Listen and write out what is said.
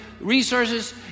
resources